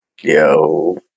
Yo